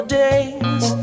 days